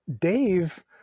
Dave